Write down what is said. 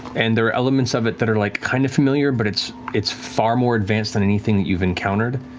and there are elements of it that are like, kind of familiar, but it's it's far more advanced than anything that you've encountered,